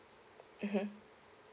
mmhmm